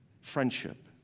friendship